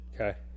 Okay